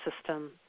system